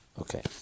Okay